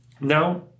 Now